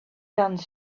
done